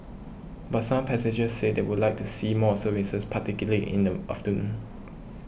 but some passengers said they would like to see more services particularly in the afternoon